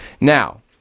Now